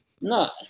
No